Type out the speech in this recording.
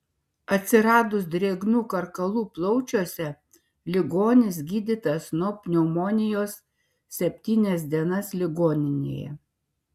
atsiradus drėgnų karkalų plaučiuose ligonis gydytas nuo pneumonijos septynias dienas ligoninėje